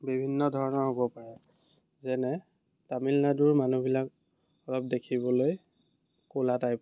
বিভিন্ন ধৰণৰ হ'ব পাৰে যেনে তামিলনাডুৰ মানুহবিলাক অলপ দেখিবলৈ ক'লা টাইপৰ